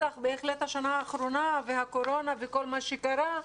בהחלט השנה האחרונה והקורונה וכל מה שקרה,